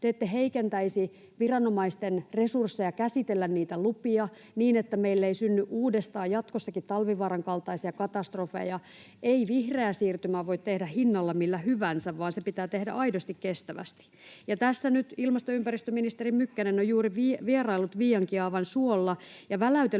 te ette heikentäisi viranomaisten resursseja käsitellä lupia niin, että meille ei synny uudestaan, jatkossakin Talvivaaran kaltaisia katastrofeja. Ei vihreää siirtymää voi tehdä hinnalla millä hyvänsä, vaan se pitää tehdä aidosti kestävästi. Tässä nyt ilmasto- ja ympäristöministeri Mykkänen on juuri vieraillut Viiankiaavan suolla ja väläytellyt